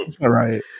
Right